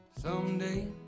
Someday